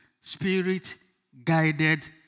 spirit-guided